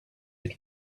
had